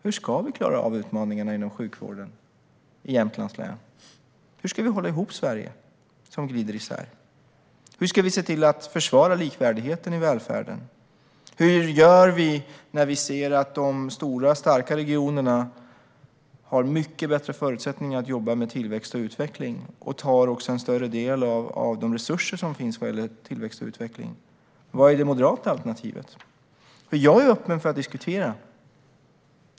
Hur ska vi klara av utmaningarna inom sjukvården i Jämtlands län? Hur ska vi hålla ihop ett Sverige som glider isär? Hur ska vi se till att försvara likvärdigheten i välfärden? Hur gör vi när vi ser att de stora starka regionerna har mycket bättre förutsättningar att jobba med tillväxt och utveckling och även tar en större del av de resurser som finns för detta? Vad är det moderata alternativet? Jag är öppen för att diskutera.